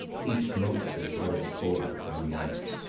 he smote the sledded polacks on the ice.